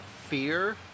fear